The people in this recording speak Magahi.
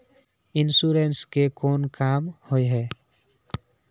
इंश्योरेंस के कोन काम होय है?